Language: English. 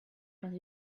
when